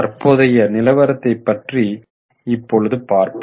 தற்போதைய நிலவரத்தை பற்றி இப்பொழுது பார்ப்போம்